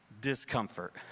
discomfort